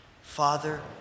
Father